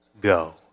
go